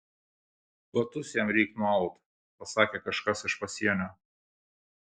batus jam reik nuaut pasakė kažkas iš pasienio